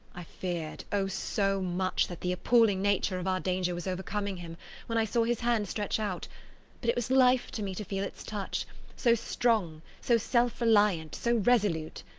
i feared, oh so much, that the appalling nature of our danger was overcoming him when i saw his hand stretch out but it was life to me to feel its touch so strong, so self-reliant, so resolute.